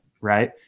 Right